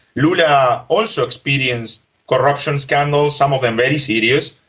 lula also experienced corruption scandals, some of them very serious,